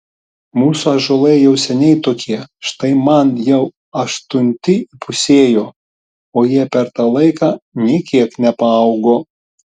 mūsų ąžuolai jau seniai tokie štai man jau aštunti įpusėjo o jie per tą laiką nė kiek nepaaugo